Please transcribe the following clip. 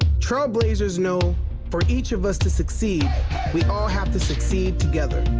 trailblazers know for each of us to succeed we all have to succeed together,